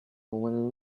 when